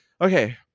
Okay